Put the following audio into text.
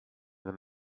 them